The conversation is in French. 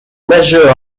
majeur